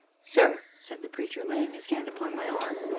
sir, said the preacher, laying his hand upon my arm,